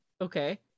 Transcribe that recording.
okay